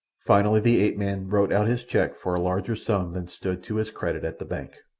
finally the ape-man wrote out his cheque for a larger sum than stood to his credit at the bank.